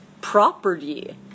property